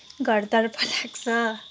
घरतर्फ लाग्छ